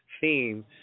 theme